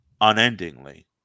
unendingly